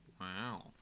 Wow